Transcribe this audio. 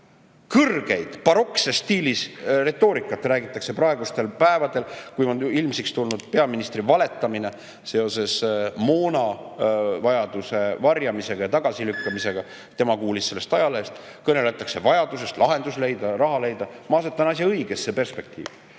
Kõrget barokkstiilis retoorikat räägitakse praegustel päevadel, kui on ilmsiks tulnud peaministri valetamine seoses moonavajaduse varjamisega ja tagasilükkamisega. Tema kuulis sellest ajalehest. Kõneletakse vajadusest lahendus leida, raha leida. Ma asetan asja õigesse perspektiivi: